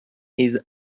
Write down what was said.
his